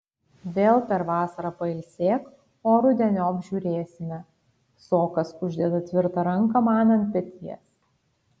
vėl per vasarą pailsėk o rudeniop žiūrėsime sokas uždeda tvirtą ranką man ant peties